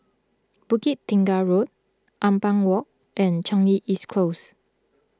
Bukit Tunggal Road Ampang Walk and Changi East Close